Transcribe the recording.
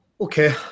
Okay